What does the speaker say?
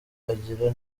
aganira